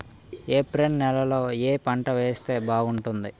April నెలలో ఏ పంట వేస్తే బాగుంటుంది?